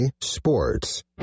Sports